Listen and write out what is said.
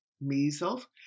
measles